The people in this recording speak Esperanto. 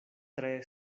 tre